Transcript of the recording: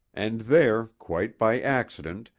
and there, quite by accident,